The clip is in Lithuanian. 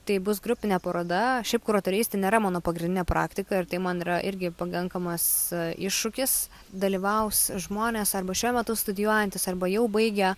tai bus grupinė paroda šiaip kuratorystė nėra mano pagrindinė praktika ir tai man yra irgi pakankamas iššūkis dalyvaus žmonės arba šiuo metu studijuojantys arba jau baigę